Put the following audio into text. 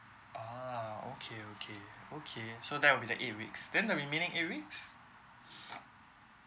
ah okay okay okay so that will be the eight weeks then the remaining eight weeks